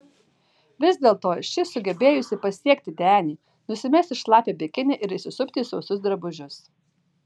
vis dėlto ši sugebėjusi pasiekti denį nusimesti šlapią bikinį ir įsisupti į sausus drabužius